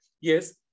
yes